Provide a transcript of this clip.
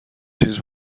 چیزی